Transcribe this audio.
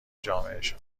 جامعهشان